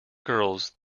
girls